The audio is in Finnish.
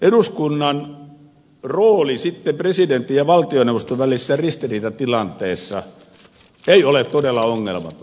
eduskunnan rooli sitten presidentin ja valtioneuvoston välisessä ristiriitatilanteessa ei ole todella ongelmaton